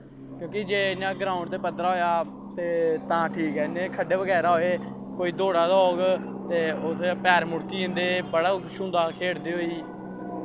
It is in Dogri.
कि जे ग्राउंड ते पद्दरा जा ते तां ठीक ऐ जे खड्डे बगैरा होऐ ते कोई दौड़ा दा होग ते ओह्दे च पैर मुड़की जंदे बड़ा कुश होंदा खेढ़दे होई